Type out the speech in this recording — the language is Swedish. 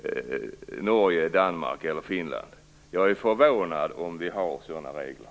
Jag är förvånad om vi har sådana regler.